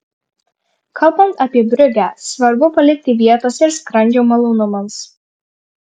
kalbant apie briugę svarbu palikti vietos ir skrandžio malonumams